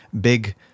big